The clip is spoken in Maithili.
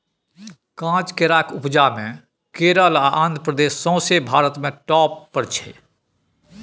काँच केराक उपजा मे केरल आ आंध्र प्रदेश सौंसे भारत मे टाँप पर छै